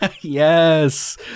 Yes